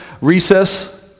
recess